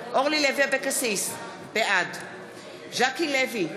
בעד אורלי לוי אבקסיס, בעד ז'קי לוי,